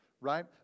right